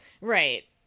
right